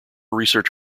research